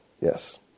Yes